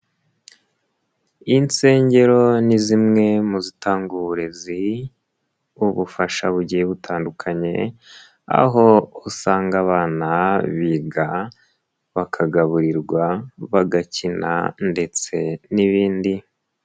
Insengero ni zimwe mu zitanga uburezi, ubufasha bugiye butandukanye aho usanga abana biga bakagaburirwa, bagakina ndetse n'ibindi.